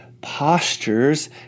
postures